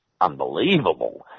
unbelievable